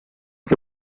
que